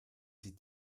sie